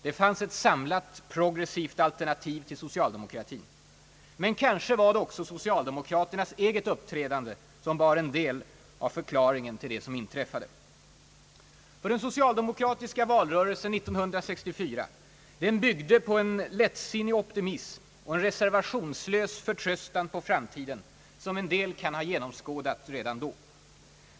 Det fanns ett samlat, progressivt alternativ till socialdemokratin. Men kanske var också socialdemokratins eget uppträdande en del av anledningen till det som inträffade. Den socialdemokratiska valrörelsen 1964 byggde nämligen på en lättsinnig optimism och en reservationslös förtröstan på framtiden, som en del kan ha genomskådat redan då.